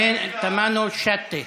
פנינה תמנו שטה?